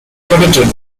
credited